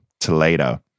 Toledo